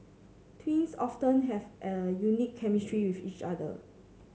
twins often have a unique chemistry with each other